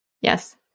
Yes